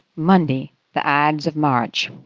monday, the ides of march.